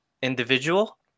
Individual